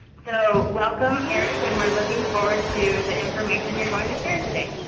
so welcome, eric, and we're looking forward to the information you're going to share today.